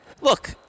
Look